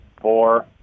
four